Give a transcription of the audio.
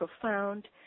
profound